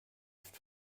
oft